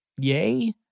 yay